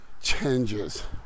changes